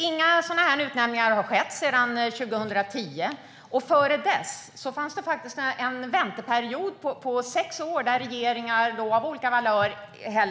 Inga sådana utnämningar har skett sedan 2010, och innan dess fanns det faktiskt en väntetid på sex år då regeringar av olika valör